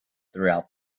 throughout